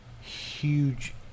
huge